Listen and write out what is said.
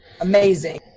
Amazing